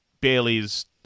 Baileys